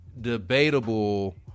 Debatable